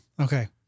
Okay